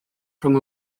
rhwng